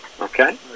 Okay